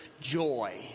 Joy